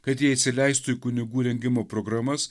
kad jie įsileistų į kunigų rengimo programas